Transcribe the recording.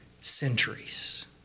centuries